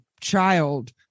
child